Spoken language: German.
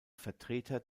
vertreter